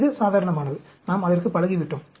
இது சாதாரணமானது நாம் அதற்குப் பழகிவிட்டோம்